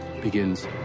begins